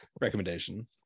recommendation